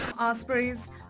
Ospreys